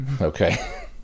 Okay